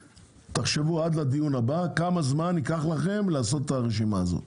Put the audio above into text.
תחשבו עד לדיון הבא כמה זמן ייקח לכם לעשות את הרשימה הזאת.